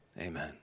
Amen